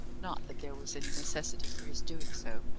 not that there was any necessity for his doing so,